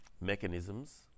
mechanisms